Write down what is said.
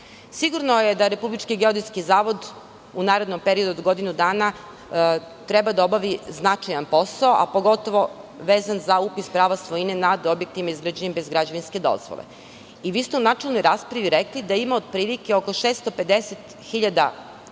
zašto. Sigurno je da Republički geodetski zavod u narednom periodu od godinu dana treba da obavi značajan posao, a pogotovo vezan za upis prava svojine nad objektima izgrađenim bez građevinske dozvole. Vi ste u načelnoj raspravi rekli da ima otprilike oko 650.000